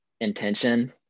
intention